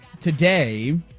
today